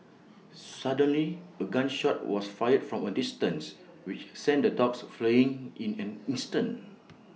suddenly A gun shot was fired from A distance which sent the dogs fleeing in an instant